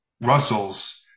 Russell's